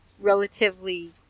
relatively